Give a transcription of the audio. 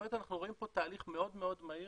זאת אומרת שאנחנו רואים פה תהליך מאוד מהיר